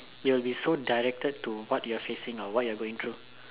will be so directed to what you are facing or what you are going through